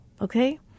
Okay